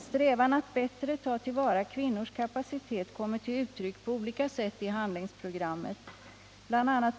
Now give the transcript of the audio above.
Strävan att bättre ta till vara kvinnors kapacitet kommer till uttryck på olika sätt i handlingsprogrammet. BI.a.